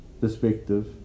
perspective